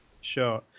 sure